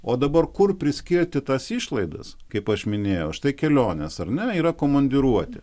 o dabar kur priskirti tas išlaidas kaip aš minėjau štai kelionės ar ne yra komandiruotė